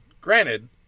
granted